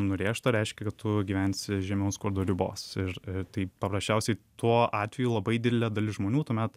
nurėžta reiškia kad tu gyvensi žemiau skurdo ribos ir tai paprasčiausiai tuo atveju labai didelė dalis žmonių tuomet